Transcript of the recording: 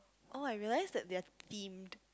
orh I realise that they are themed